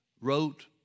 wrote